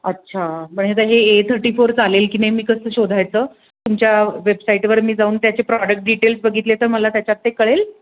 अच्छा म्हणजे का हे ए थर्टी फोर चालेल की नाही मी कसं शोधायचं तुमच्या वेबसाईटवर मी जाऊन त्याचे प्रॉडक्ट डिटेल्स बघितले तर मला त्याच्यात ते कळेल